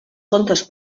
contes